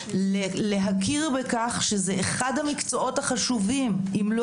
להכיר בכך שזה אחד המקצועות החשובים אם לא